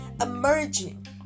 Emerging